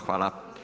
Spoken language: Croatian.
Hvala.